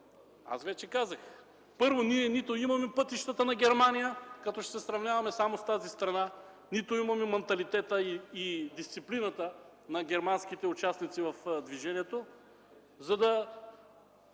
Аз вече казах: първо, ние нито имаме пътищата на Германия, като ще се сравняваме само с тази страна, нито имаме манталитета и дисциплината на германските участници в движението, за да